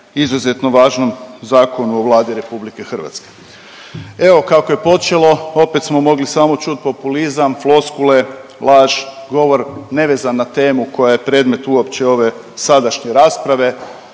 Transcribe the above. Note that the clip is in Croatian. izuzetno važnom zakonu o Vladi RH. Evo kako je počelo opet smo mogli samo čuti populizam, floskule, laž, govor ne vezan za temu koja je predmet uopće ove sadašnje rasprave,